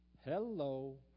Hello